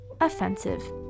offensive